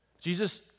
Jesus